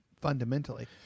fundamentally